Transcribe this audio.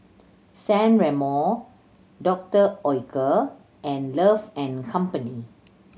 San Remo Doctor Oetker and Love and Company